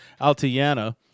Altiana